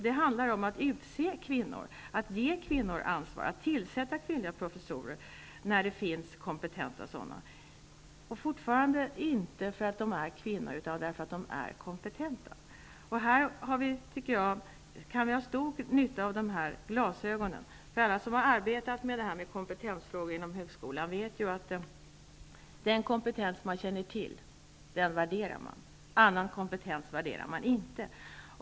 Det gäller att utse kvinnor, att ge kvinnor ansvar, att utse kvinnliga professorer när det finns kompetenta kvinnor, fortfarande inte därför att de är kvinnor utan därför att de är kompetenta. Här kan vi ha stor nytta av dessa glasögon, för alla som har arbetat med kompetensfrågor inom högskolan vet, att den kompetens man känner till värderar man och annan kompetens värderar man inte.